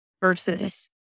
versus